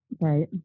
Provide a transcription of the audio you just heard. Right